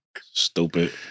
Stupid